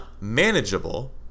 manageable